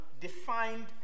defined